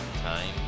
Time